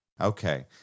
Okay